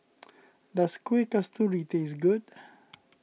does Kuih Kasturi taste good